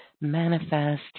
manifest